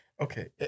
Okay